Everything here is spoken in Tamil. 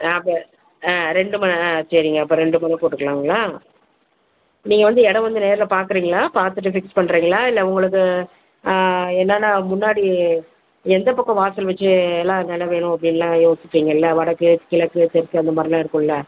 அப்போ ஆ ரெண்டு மனை ஆ சரிங்க அப்போ ரெண்டு மனை போட்டுக்கலாங்களா நீங்கள் வந்து இடம் வந்து நேரில் பார்க்குறீங்களா பார்த்துட்டு ஃபிக்ஸ் பண்ணுறீங்களா இல்லை உங்களுக்கு என்னெனான்னா முன்னாடி எந்த பக்கம் வாசல் வச்சு எல்லாம் நிலம் வேணும் அப்படின்லாம் யோசிச்சுட்டிங்கள் இல்லை வடக்கு கிழக்கு தெற்கு அந்த மாதிரிலாம் இருக்கும்ல